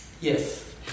yes